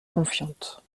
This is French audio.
confiante